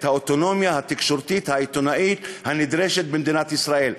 האוטונומיה התקשורתית העיתונאית הנדרשת במדינת ישראל.